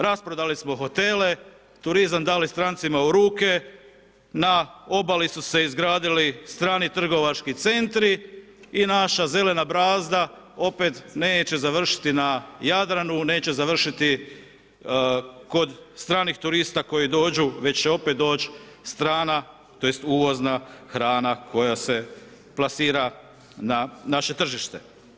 Rasprodali smo hotele, turizam dali strancima u ruke, na obali su se izgradili strani trgovački centri i naša zelena brazda opet neće završiti na Jadranu, neće završiti kod stranih turista koji dođu, već će opet doć strana, tj. uvozna hrana koja se plasira na naše tržište.